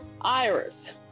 iris